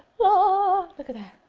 whoooaa! look at that!